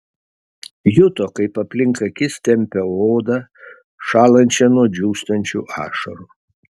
juto kaip aplink akis tempia odą šąlančią nuo džiūstančių ašarų